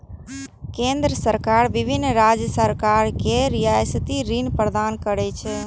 केंद्र सरकार विभिन्न राज्य सरकार कें रियायती ऋण प्रदान करै छै